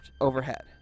overhead